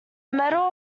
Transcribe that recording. medal